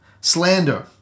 slander